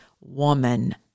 woman